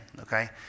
okay